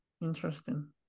Interesting